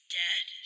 dead